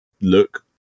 look